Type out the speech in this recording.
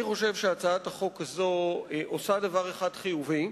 אני חושב שהצעת החוק הזאת עושה דבר אחד חיובי,